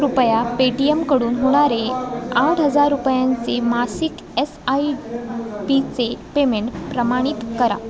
कृपया पेटीएमकडून होणारे आठ हजार रुपयांचे मासिक एस आय पीचे पेमेंट प्रमाणित करा